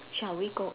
shall we go